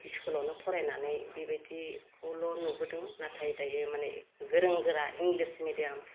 इस्कुलावनो फरायनानै बेबायदिखौल' नुबोदोंमोन नाथाय दायो माने गोरों गोरा इंलिस मेडियाम